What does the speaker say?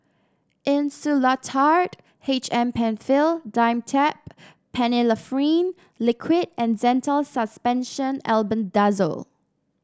Insulatard H M Penfill Dimetapp Phenylephrine Liquid and Zental Suspension Albendazole